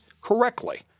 correctly